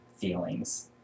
feelings